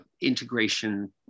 integration